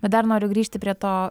bet dar noriu grįžti prie to